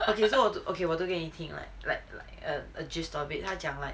okay so okay 我都跟你听 like like like a gist of it 他讲 like